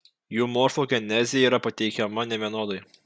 jų morfogenezė yra pateikiama nevienodai